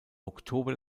oktober